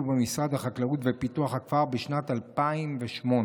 במשרד החקלאות ופיתוח הכפר בשנת 2008,